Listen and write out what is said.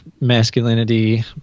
masculinity